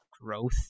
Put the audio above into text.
growth